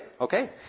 Okay